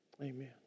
Amen